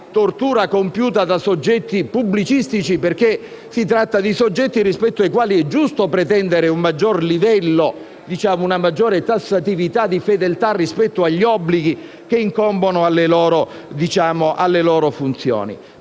tortura compiuta da soggetti pubblicistici, perché si tratta di soggetti rispetto ai quali è giusto pretendere una maggiore tassatività di fedeltà rispetto agli obblighi che incombono sulle loro funzioni,